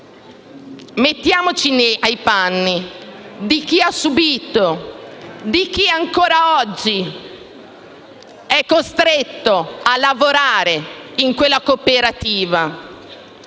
Mettiamoci nei panni di chi ha subìto e di chi ancora oggi è costretto a lavorare in quella cooperativa